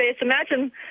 Imagine